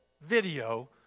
video